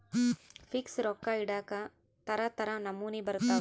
fix ರೊಕ್ಕ ಇಡಾಕ ತರ ತರ ನಮೂನಿ ಬರತವ